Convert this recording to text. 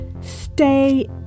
Stay